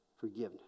forgiveness